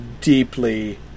deeply